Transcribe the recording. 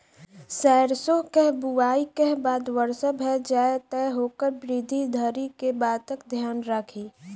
सैरसो केँ बुआई केँ बाद वर्षा भऽ जाय तऽ ओकर वृद्धि धरि की बातक ध्यान राखि?